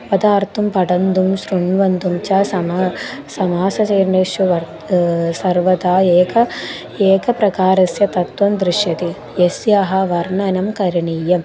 पदार्थं पठितुं शृोतुं च समासः समासजीर्णेषु वर् सर्वदा एकं एकप्रकारस्य तत्त्वं दृश्यते यस्याः वर्णनं करणीयं